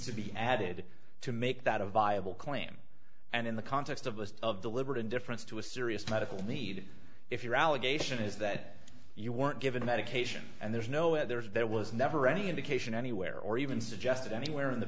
to be added to make that a viable claim and in the context of us of deliberate indifference to a serious medical need if your allegation is that you weren't given medication and there's no there there was never any indication anywhere or even suggested anywhere in the